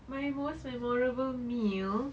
my most memorable meal